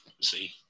See